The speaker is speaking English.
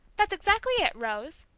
that's exactly it, rose,